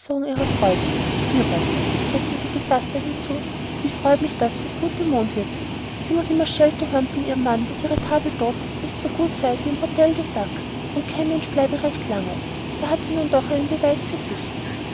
ihrer freude vier wochen setzte sie gefaßter hinzu wie freut mich das für die gute mondwirtin sie muß immer schelte hören von ihrem mann daß ihre table d'hte nicht so gut sei wie im htel de saxe und kein mensch bleibe recht lange da hat sie nun doch einen beweis für sich